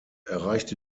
erreichte